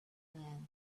man